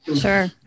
Sure